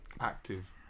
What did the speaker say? Active